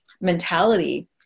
mentality